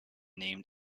named